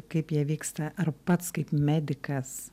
kaip jie vyksta ar pats kaip medikas